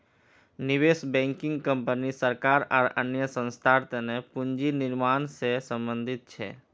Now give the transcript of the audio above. निवेश banking company सरकार आर अन्य संस्थार तने पूंजी निर्माण से संबंधित छे